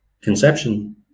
conception